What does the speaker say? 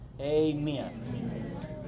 Amen